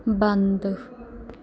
ਬੰਦ